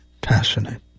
passionate